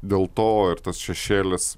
dėl to ir tas šešėlis